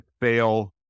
fail